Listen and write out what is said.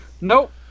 Nope